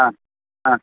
ആ ആ